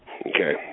Okay